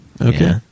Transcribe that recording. Okay